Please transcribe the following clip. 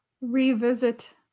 revisit